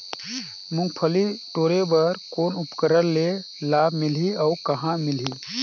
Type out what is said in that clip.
मुंगफली टोरे बर कौन उपकरण ले लाभ मिलही अउ कहाँ मिलही?